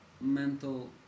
mental